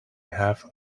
have